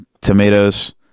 Tomatoes